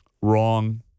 Wrong